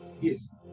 Yes